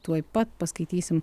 tuoj pat paskaitysim